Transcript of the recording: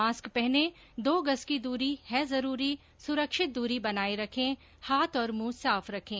mask पहने दो गज की दूरी है जरूरी सुरक्षित दूरी बनाए रखें हाथ और मुंह साफ रखें